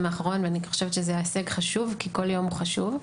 האחרון ואני חושבת שזה השג חשוב כי כל יום הוא חשוב.